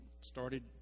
started